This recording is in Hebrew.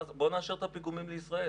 בואו נאשר את הפיגומים לישראל,